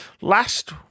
Last